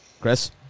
Chris